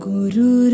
Guru